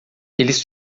eles